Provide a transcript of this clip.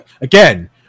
Again